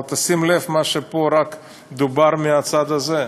אבל תשים לב מה שפה רק דובר מהצד הזה: